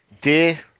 Dear